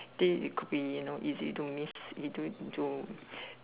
this it could be you know easy to miss